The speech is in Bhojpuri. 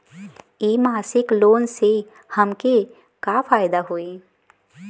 इ मासिक लोन से हमके का फायदा होई?